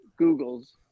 googles